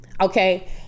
Okay